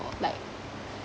for like